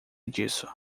disso